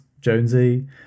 Jonesy